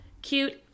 cute